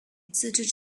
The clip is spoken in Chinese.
自治